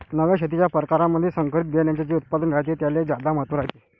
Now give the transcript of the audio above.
नव्या शेतीच्या परकारामंधी संकरित बियान्याचे जे उत्पादन रायते त्याले ज्यादा महत्त्व रायते